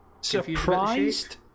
surprised